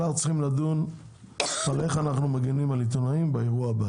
אנחנו צריכים לדון על איך אנחנו מגנים על עיתונאים באירוע.